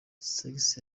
sex